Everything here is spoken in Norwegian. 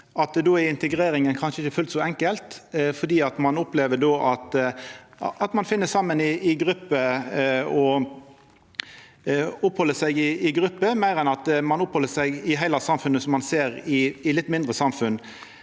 at integreringa kanskje ikkje er fullt så enkel, fordi ein då opplever at ein finn saman i grupper og oppheld seg i grupper, meir enn at ein oppheld seg i heile samfunnet, som ein ser i litt mindre samfunn.